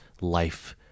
life